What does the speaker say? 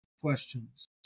questions